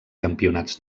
campionats